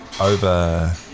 over